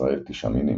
בישראל 9 מינים.